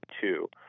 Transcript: two